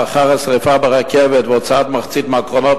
לאחר השרפה ברכבת והוצאת מחצית מהקרונות